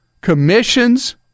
commissions